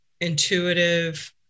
intuitive